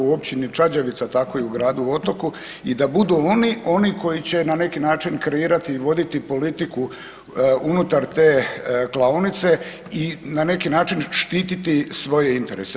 u općini Čađavica tako i u gradu Otoku i da budu oni oni koji će na neki način kreirati i voditi politiku unutar te klaonice i na neki način štititi svoje interese.